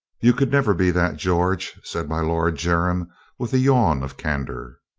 you could never be that, george, said my lord jermyn with a yawn of candor.